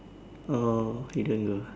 orh you don't go ah